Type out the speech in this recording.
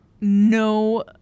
no